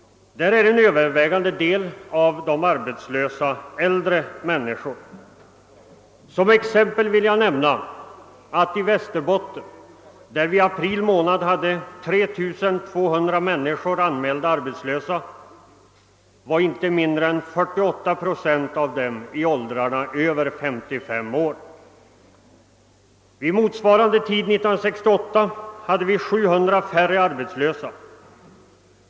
En övervägande del av de arbetslösa är äldre människor. Som exempel kan jag nämna att i Västerbotten, där vi i april hade 3 200 människor anmälda som arbetslösa, inte mindre än 48 procent var över 55 år. Vid motsvarande tid 1968 hade vi 700 färre arbetslösa.